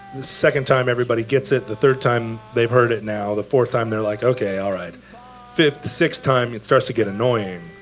the second time, everybody gets it. the third time, they've heard it now. the fourth time, they're like, okay, all right. the fifth, sixth time, it starts to get annoying,